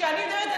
כשאני מדברת,